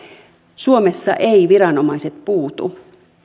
suomessa eivät viranomaiset puutu